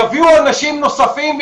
יביאו אנשים נוספים,